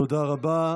תודה רבה.